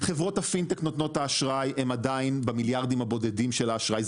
חברות הפינטק נותנות האשראי הן עדיין במיליארדים הבודדים של האשראי,